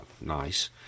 Nice